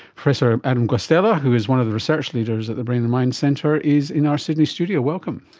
professor adam guastella, who is one of the research leaders at the brain and mind centre, is in our sydney studio. welcome.